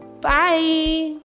bye